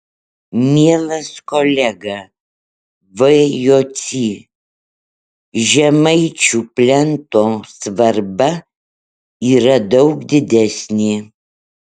mielas kolega v jocy žemaičių plento svarba yra daug didesnė